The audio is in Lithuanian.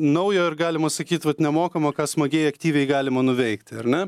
naujo ir galima sakyt vat nemokamo ką smagiai aktyviai galima nuveikti ar ne